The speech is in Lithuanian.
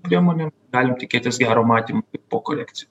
priemonėm galim tikėtis gero matymo po korekcijų